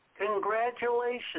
Congratulations